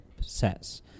sets